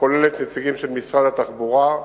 הכוללת נציגים של משרד התחבורה,